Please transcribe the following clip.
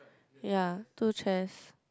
ya two chairs